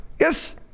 Yes